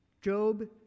Job